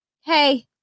Hey